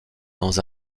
dans